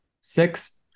Six